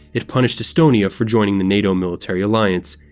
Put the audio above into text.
it punished estonia for joining the nato military alliance.